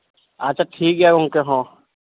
ᱟᱪᱪᱷᱟ ᱴᱷᱤᱠᱜᱮᱭᱟ ᱜᱚᱢᱠᱮ ᱦᱮᱸ